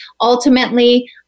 ultimately